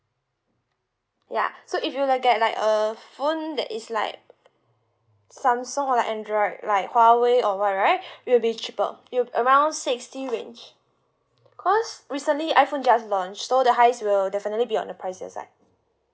ya so if you will get like a a phone that is like Samsung or like android like Huawei or what right it will be cheaper it'll around sixty range cause recently iphone just launched so the highest will definitely be on the pricier side